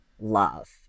love